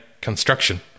construction